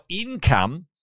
income